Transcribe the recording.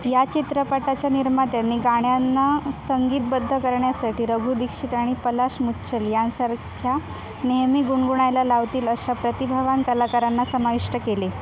या चित्रपटाच्या निर्मात्यांनी गाण्यांना संगीतबद्ध करण्यासाठी रघु दीक्षित आणि पलाश मुच्छल यांसारख्या नेहमी गुणगुणायला लावतील अशा प्रतिभावान कलाकारांना समाविष्ट केले